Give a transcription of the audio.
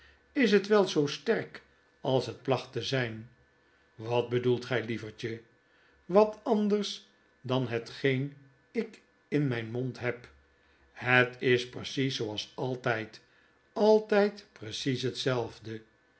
js het wel zoo sterk als het plachtte zijn wat bedoelt gij lievertje p wat auders dan hetgeen ik in mijn mond heb het is precies zooals altijd altijd precies hetzelfde